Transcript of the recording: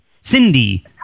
Cindy